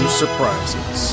surprises